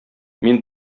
мин